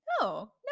no